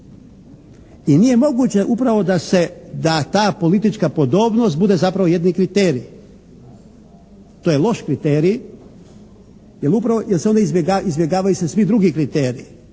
I nije moguće upravo da se, da ta politička podobnost bude zapravo jedini kriterij. To je loš kriterij jer upravo, jer se onda izbjegavaju se svi drugi kriteriji,